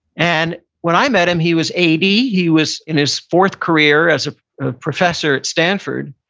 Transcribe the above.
and when i met him he was eighty. he was in his fourth career as a professor at stanford.